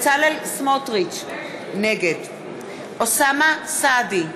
סמוטריץ, נגד אוסאמה סעדי,